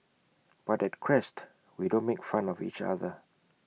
but at Crest we don't make fun of each other